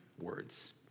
words